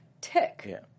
tick